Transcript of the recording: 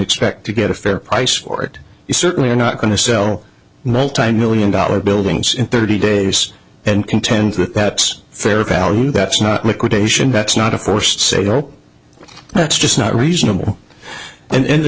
expect to get a fair price for it you certainly are not going to sell nineteen million dollar buildings in thirty days and contend that that's fair value that's not liquidation that's not a forced sale that's just not reasonable and